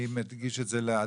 אני מגיש את זה להצבעה.